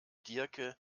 diercke